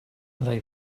they